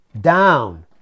down